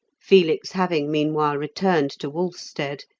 felix having meanwhile returned to wolfstead,